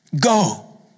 Go